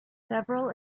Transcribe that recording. several